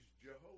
Jehovah